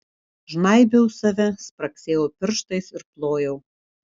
žnaibiau save spragsėjau pirštais ir plojau